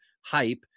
hype